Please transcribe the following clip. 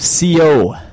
CO